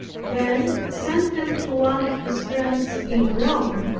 then sent them to one of his friends in rome,